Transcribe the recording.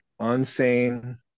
Unsane